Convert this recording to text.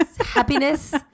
happiness